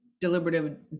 deliberative